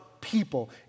people